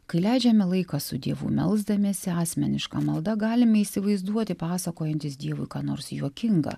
kai leidžiame laiką su dievu melsdamiesi asmeniška malda galime įsivaizduoti pasakojantis dievui ką nors juokinga